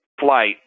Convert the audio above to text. flight